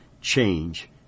change